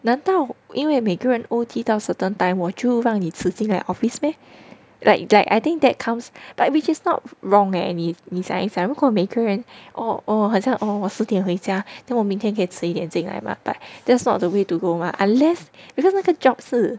难道因为每个人 O_T 到 certain time 我就让你迟进来 office meh like likeI think that comes but which is not wrong eh if 你想一想如果每个人 oh 我好像 oh 我十点回家 then 我明天可以迟一点进来吗 but that's not the way to go [what] unless because 那个 job 是